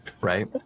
right